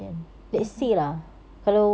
(uh huh)